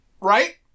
Right